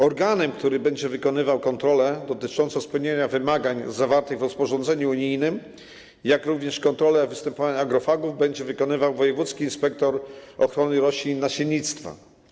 Organem, który będzie przeprowadzał kontrolę dotyczącą spełnienia wymagań zawartych w rozporządzeniu unijnym, jak również kontrolę występowania agrofagów, będzie wojewódzki inspektor ochrony roślin i nasiennictwa.